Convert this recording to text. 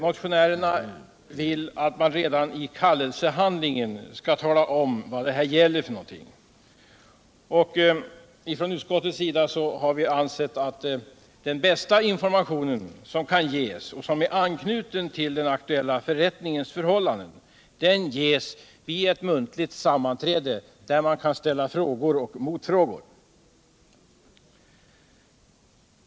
Motionärerna vill att man redan i kallelsehandlingen skall tala om vad det gäller. Utskottsmajoriteten har ansett att den bästa information som kan ges, och som anknyter till den aktuella förrättningens förhållanden, ges vid ett muntligt sammanträde, där man kan ställa frågor och motfrågor.